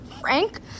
Frank